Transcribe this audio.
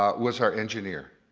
ah was our engineer.